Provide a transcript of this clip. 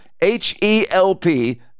H-E-L-P